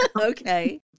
Okay